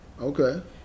Okay